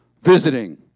visiting